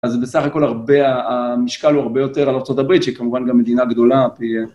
אז בסך הכל הרבה, המשקל הוא הרבה יותר על ארה״ב, שכמובן גם מדינה גדולה תהיה...